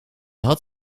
had